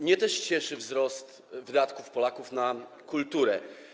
Mnie też cieszy wzrost wydatków Polaków na kulturę.